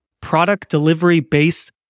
product-delivery-based